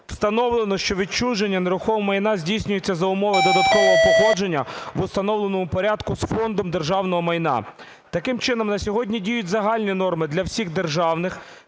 встановлено, що відчуження нерухомого майна здійснюється за умови додаткового походження в установленому порядку з Фондом державного майна. Таким чином на сьогодні діють загальні норми для всіх державних,